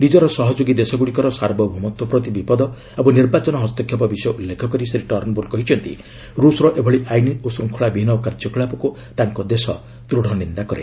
ନିଜର ସହଯୋଗୀ ଦେଶଗୁଡ଼ିକର ସାର୍ବଭୌମତ୍ୱ ପ୍ରତି ବିପଦ ଏବଂ ନିର୍ବାଚନ ହସ୍ତକ୍ଷେପ ବିଷୟ ଉଲ୍ଲ୍ଲେଖ କରି ଶ୍ରୀ ଟର୍ଣ୍ଣବୁଲ କହିଛନ୍ତି ରୁଷର ଏଭଳି ଆଇନ୍ ଓ ଶୃଙ୍ଖଳା ବିହୀନ କାର୍ଯ୍ୟକଳାପକୁ ତାଙ୍କ ଦେଶ ଦୃଢ଼ ନିନ୍ଦା କରୁଛି